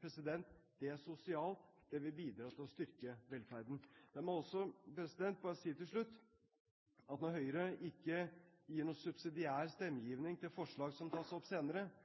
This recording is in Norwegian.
Det er sosialt. Det vil bidra til å styrke velferden. La meg også bare si til slutt at når Høyre ikke gir noen subsidiær